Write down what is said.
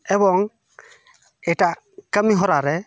ᱮᱵᱚᱝ ᱮᱴᱟᱜ ᱠᱟᱹᱢᱤ ᱦᱚᱨᱟᱨᱮ